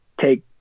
take